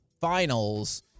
finals